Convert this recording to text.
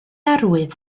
arwydd